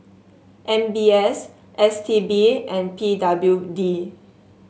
M B S S T B and P W D